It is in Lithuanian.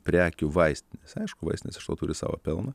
prekių vaistinėse aišku vaistinės iš to turi savo pelną